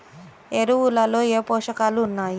ఎరువులలో ఏ పోషకాలు ఉన్నాయి?